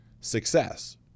success